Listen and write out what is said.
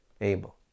Abel